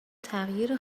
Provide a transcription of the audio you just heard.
تغییر